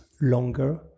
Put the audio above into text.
longer